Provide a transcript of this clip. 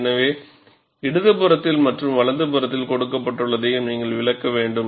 எனவே இடதுபுறத்தில் மற்றும் வலதுபுறத்தில் கொடுக்கப்பட்டுள்ளதையும் நீங்கள் விளக்க வேண்டும்